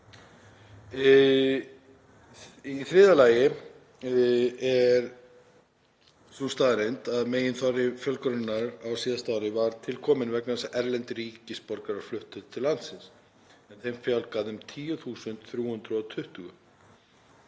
Í þriðja lagi er sú staðreynd að meginþorri fjölgunarinnar á síðasta ári var til kominn vegna þess að erlendir ríkisborgarar fluttu til landsins, þeim fjölgaði um 10.320.